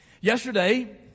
Yesterday